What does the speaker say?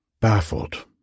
Baffled